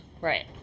Right